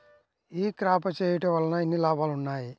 ఈ క్రాప చేయుట వల్ల ఎన్ని లాభాలు ఉన్నాయి?